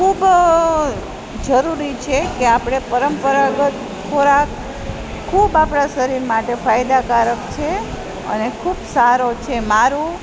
ખૂબ જરૂરી છે કે આપણે પરંપરાગત ખોરાક ખૂબ આપણાં શરીર માટે ફાયદાકારક છે અને ખૂબ સારો છે મારું